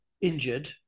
injured